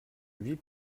huit